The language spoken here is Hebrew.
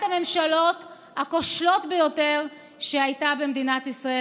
הממשלות הכושלות ביותר שהייתה במדינת ישראל.